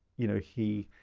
you know, he